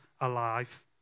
alive